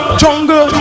jungle